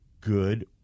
good